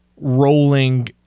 rolling